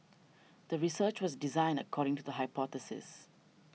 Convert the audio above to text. the research was designed according to the hypothesis